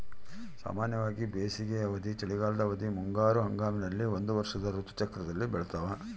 ಸಾಮಾನ್ಯವಾಗಿ ಬೇಸಿಗೆ ಅವಧಿ, ಚಳಿಗಾಲದ ಅವಧಿ, ಮುಂಗಾರು ಹಂಗಾಮಿನಲ್ಲಿ ಒಂದು ವರ್ಷದ ಋತು ಚಕ್ರದಲ್ಲಿ ಬೆಳ್ತಾವ